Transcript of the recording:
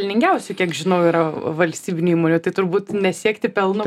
pelningiausių kiek žinau yra valstybinių įmonių tai turbūt nesiekti pelno